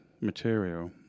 material